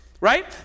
right